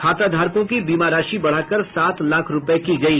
खाताधारकों की बीमा राशि बढ़ाकर सात लाख रूपये की गयी